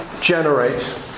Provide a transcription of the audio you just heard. generate